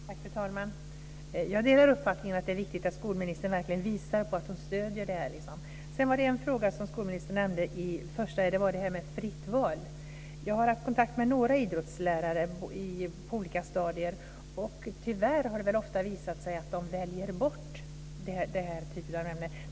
Fru talman! Jag delar uppfattningen att det är viktigt att skolministern verkligen visar att hon stödjer detta. Det var en fråga som skolministern nämnde tidigare, och det var det här med fritt val. Jag har haft kontakt med några idrottslärare på olika stadier. Tyvärr har det ofta visat sig att de väljer bort den här typen av ämnen.